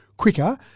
quicker